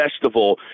festival